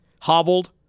Hobbled